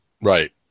Right